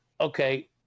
Okay